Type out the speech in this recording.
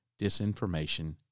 disinformation